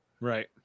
right